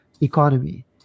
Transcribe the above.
economy